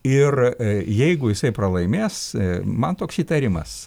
ir jeigu jisai pralaimės man toks įtarimas